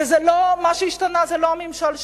ומה שהשתנה זה לא הממשל שם.